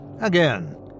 Again